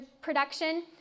production